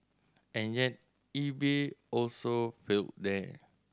and yet eBay also failed there